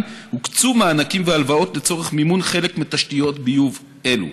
הוקצו מענקים והלוואות לצורך מימון חלק מתשתיות ביוב אלו.